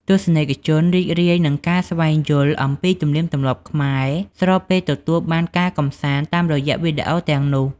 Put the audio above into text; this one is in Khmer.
ទស្សនិកជនរីករាយនឹងការស្វែងយល់អំពីទំនៀមទម្លាប់ខ្មែរ ស្របពេលទទួលបានការកម្សាន្តតាមរយៈវីដេអូទាំងនោះ។